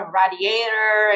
radiator